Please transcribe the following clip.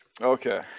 Okay